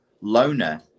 loner